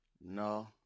No